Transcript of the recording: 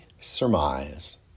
surmise